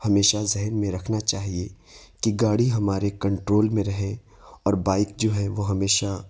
ہمیشہ ذہن میں رکھنا چاہیے کہ گاڑی ہمارے کنٹرول میں رہے اور بائک جو ہے وہ ہمیشہ